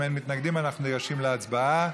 אם אין מתנגדים, אנחנו ניגשים להצבעה.